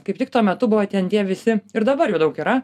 kaip tik tuo metu buvo ten tie visi ir dabar jų daug yra